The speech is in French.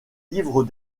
livre